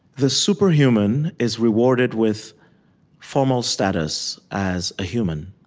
the superhuman is rewarded with formal status as a human.